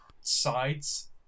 sides